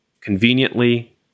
conveniently